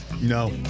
No